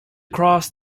cross